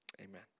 Amen